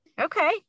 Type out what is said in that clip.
okay